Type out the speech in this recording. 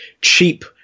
cheap